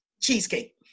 cheesecake